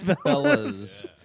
Fellas